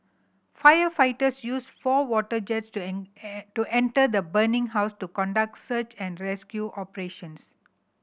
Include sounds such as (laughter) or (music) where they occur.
firefighters used four water jets to (unintelligible) to enter the burning house to conduct search and rescue operations